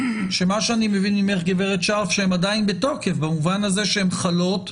שאני מבין ממך גברת שארף שהן עדיין בתוקף במובן הזה שהן חלות.